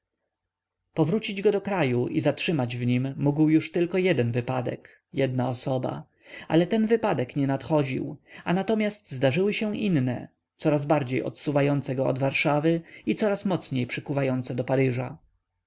powrócić go do kraju i zatrzymać w nim mógł już tylko jeden wypadek jedna osoba ale ten wypadek nie nadchodził a natomiast zdarzały się inne coraz bardziej odsuwające go od warszawy i coraz mocniej przykuwające do paryża